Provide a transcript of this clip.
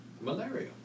Malaria